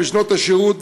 בשנות השירות,